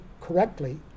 correctly